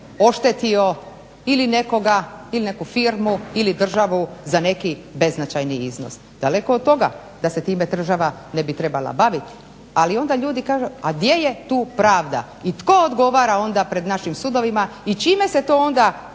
oštetio ili nekoga ili neku firmu ili državu za neki beznačajni iznos. Daleko od toga da se time država ne bi trebala baviti, ali onda ljudi kažu, a gdje je tu pravda i tko odgovara onda pred našim sudovima i čime se to onda